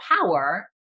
power